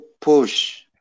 push